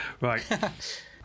Right